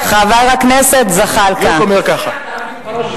אני רק רוצה להבין את הראש שלו.